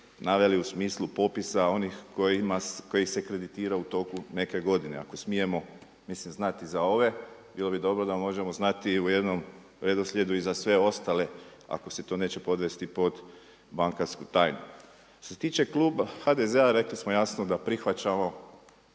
naveli u smislu popisa onih kojih se kreditira u toku neke godine. Ako smijemo mislim znati za ove, bilo bi dobro da možemo znati i u jednom redoslijedu i za sve ostale ako se to neće podvesti pod bankarsku tajnu. Što se tiče kluba HDZ-a rekli smo jasno da prihvaćamo